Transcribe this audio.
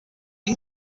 aho